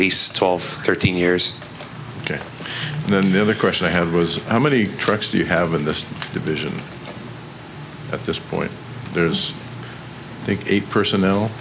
least twelve thirteen years ok then the other question i have was how many trucks do you have in this division at this point there's a personnel